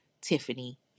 Tiffany